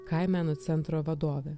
kai meno centro vadovė